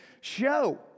show